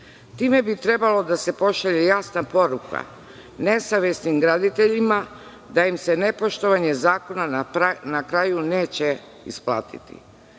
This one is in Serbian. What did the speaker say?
Time bi trebalo da se pošalje jasna poruka nesavesnim graditeljima, da im se nepoštovnje zakona na kraju neće isplatiti.